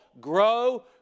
Grow